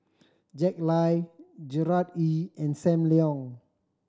Jack Lai Gerard Ee and Sam Leong